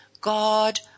God